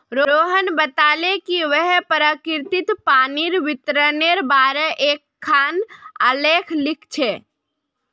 रोहण बताले कि वहैं प्रकिरतित पानीर वितरनेर बारेत एकखाँ आलेख लिख छ